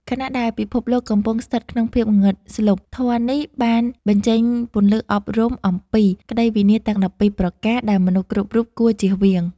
ខណៈដែលពិភពលោកកំពុងស្ថិតក្នុងភាពងងឹតស្លុប ធម៌នេះបានបញ្ចេញពន្លឺអប់រំអំពី ក្ដីវិនាសទាំង ១២ ប្រការ ដែលមនុស្សគ្រប់រូបគួរជៀសវាង។